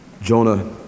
Jonah